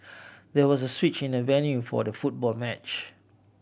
there was a switch in the venue for the football match